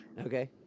okay